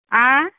ಆಂ